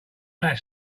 that